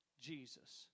Jesus